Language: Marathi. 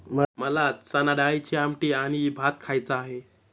मला चणाडाळीची आमटी आणि भात खायचा आहे